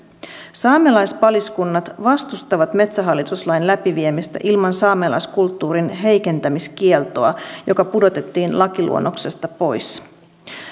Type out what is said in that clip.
saamelaispaliskunnat vastustavat metsähallitus lain läpiviemistä ilman saamelaiskulttuurin heikentämiskieltoa joka pudotettiin lakiluonnoksesta pois